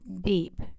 deep